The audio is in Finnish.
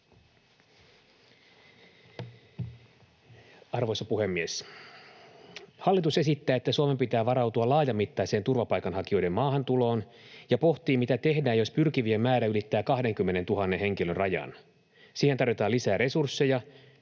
Arvoisa puhemies! Hallitus esittää, että Suomen pitää varautua laajamittaiseen turvapaikanhakijoiden maahantuloon, ja pohtii, mitä tehdään, jos pyrkivien määrä ylittää 20 000 henkilön rajan. Siihen tarvitaan lisää resursseja